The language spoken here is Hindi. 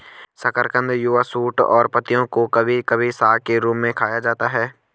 शकरकंद युवा शूट और पत्तियों को कभी कभी साग के रूप में खाया जाता है